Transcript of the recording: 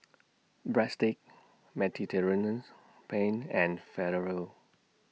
Breadsticks Mediterraneans Penne and Falafel